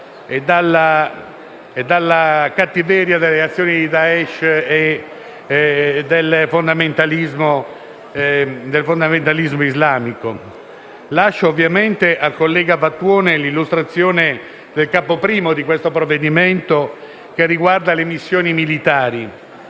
e della cattiveria delle azioni di Daesh e del fondamentalismo islamico. Lascio ovviamente al collega Vattuone l'illustrazione del Capo I di questo provvedimento che riguarda le missioni